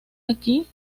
aquí